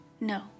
No